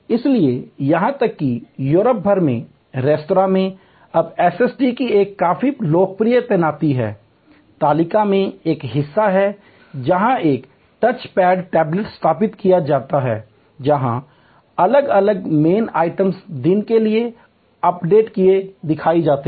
इसलिए यहां तक कि यूरोप भर के रेस्तरां में अब एसएसटी की एक काफी लोकप्रिय तैनाती है तालिका में एक हिस्सा है जहां एक टच पैड टैबलेट स्थापित किया गया है जहां सभी अलग अलग मेनू आइटम दिन के लिए अपडेट के साथ दिखाए जाते हैं